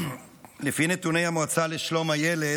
לפי נתוני המועצה לשלום הילד